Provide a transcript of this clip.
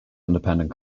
independent